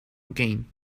again